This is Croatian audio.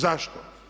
Zašto?